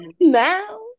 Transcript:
now